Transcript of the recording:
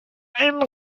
einen